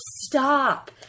stop